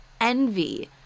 envy